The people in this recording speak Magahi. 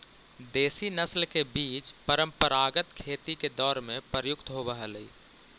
देशी नस्ल के बीज परम्परागत खेती के दौर में प्रयुक्त होवऽ हलई